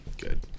Good